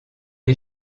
est